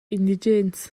indigens